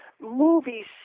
Movies